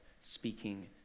speaking